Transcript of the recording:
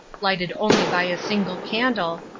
lighted only by a single candle,